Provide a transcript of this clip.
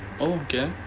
oh okay